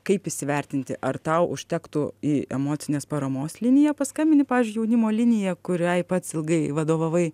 kaip įsivertinti ar tau užtektų į emocinės paramos liniją paskambini pavyzdžiui jaunimo liniją kuriai pats ilgai vadovavai